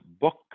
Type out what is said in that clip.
book